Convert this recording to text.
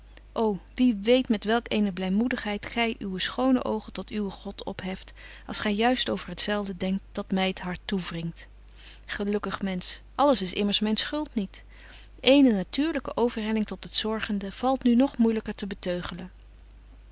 o wie weet met welk eene blymoedigheid gy uwe schone oogen tot uwen god opheft als gy juist over het zelfde denkt dat my t hart toewringt gelukkig mensch alles is immers myn schuld niet eene natuurlyke overhelling tot het zorgende valt nu nog moeilyker te